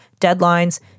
deadlines